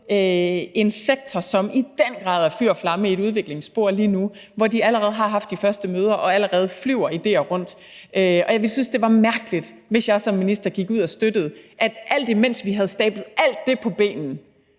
en sektor, som i den grad er fyr og flamme i et udviklingsspor lige nu, hvor de allerede har haft de første møder, og hvor der allerede flyver idéer rundt. Jeg ville synes, det var mærkeligt, hvis jeg som minister gik ud og støttede det, alt imens vi havde stablet alt det på benene